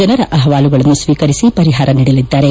ಜನರ ಅವಹಾಲುಗಳನ್ನು ಸ್ನೀಕರಿಸಿ ಪರಿಹಾರ ನೀಡಲಿದ್ದಾರೆ